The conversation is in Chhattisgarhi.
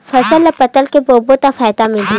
फसल ल बदल के बोबो त फ़ायदा मिलही?